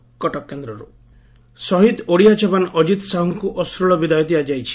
ଶେଷକତ୍ୟ ଶହୀଦ ଓଡ଼ିଆ ଯବାନ ଅଜିତ୍ ସାହୁଙ୍ଙୁ ଅଶ୍ରଳ ବିଦାୟ ଦିଆଯାଇଛି